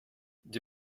die